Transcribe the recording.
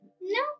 No